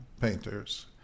painters